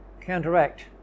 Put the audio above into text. counteract